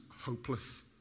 hopeless